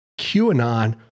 QAnon